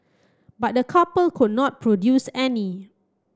but the couple could not produce any